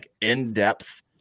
in-depth